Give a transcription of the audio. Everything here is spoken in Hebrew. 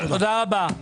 תודה רבה.